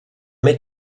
mets